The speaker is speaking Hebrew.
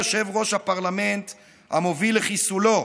יושב-ראש הפרלמנט המוביל לחיסולו?